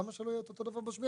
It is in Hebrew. למה שלא יהיה את אותו דבר בשמירה?